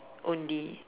only